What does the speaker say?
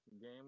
game